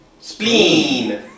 spleen